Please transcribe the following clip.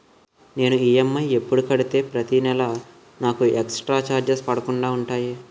నేను ఈ.ఎమ్.ఐ ప్రతి నెల ఎపుడు కడితే నాకు ఎక్స్ స్త్ర చార్జెస్ పడకుండా ఉంటుంది?